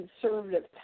conservative